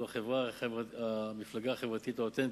זאת המפלגה החברתית האותנטית,